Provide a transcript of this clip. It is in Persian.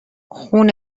خون